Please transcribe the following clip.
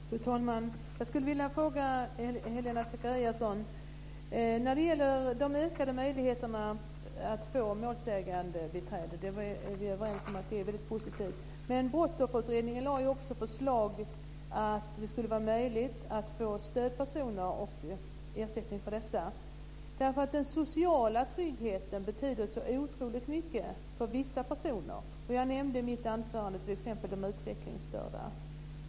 Fru talman! Jag skulle vilja ställa en fråga till Helena Zakariasén. Vi är överens om att det är positivt med de ökade möjligheterna att få målsägandebiträde. Men Brottsofferutredningen lade ju också fram förslag om att det skulle vara möjligt att få stödpersoner och ersättning för dessa. Den sociala tryggheten betyder otroligt mycket för vissa personer. I mitt anförande nämnde jag t.ex. de utvecklingsstörda.